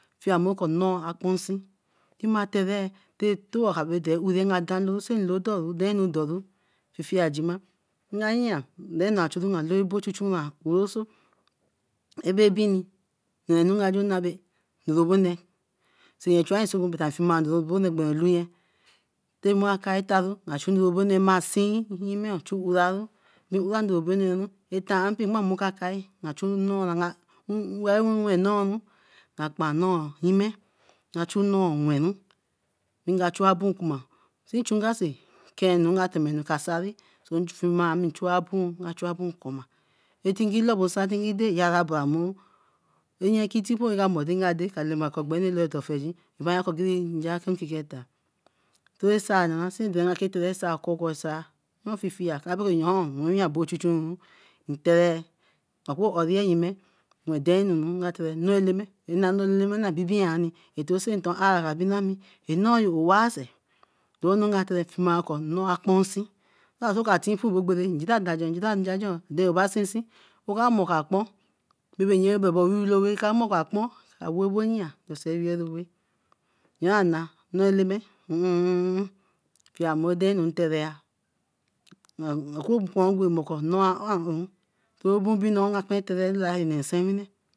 Fieme ko nnoi a kunsi tema teree etoo nga uri nloo oru danu doru fifiejima, nga yia bae loo chun chun rai wen oso, bae bini anu nga ju nabe nebebone nka wen osogon be looye nga chu nee obone mai seen mmii chu uraru, tin uraru atanpie nga chu nnoi wen nooru akpan noi yime nga chu noo wenru nga chu ngasi kenu ra ke tere ka sari, so ami chua abon coma tinki lobo nsan